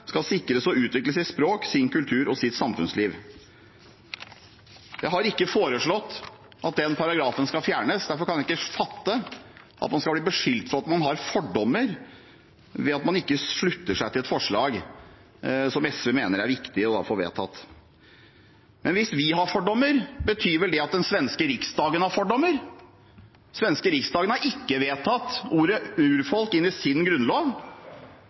og utvikle sitt språk, sin kultur og sitt samfunnsliv». Jeg har ikke foreslått at den paragrafen skal fjernes. Derfor kan jeg ikke fatte at man skal bli beskyldt for å ha fordommer på grunn av at man ikke slutter seg til et forslag som SV mener er viktig å få vedtatt. Hvis vi har fordommer, betyr vel det at den svenske Riksdagen har fordommer. Den svenske Riksdagen har ikke tatt ordet «urfolk» inn i sin grunnlov,